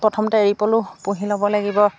প্ৰথমতে এৰি পলো পুহি ল'ব লাগিব